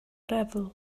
devil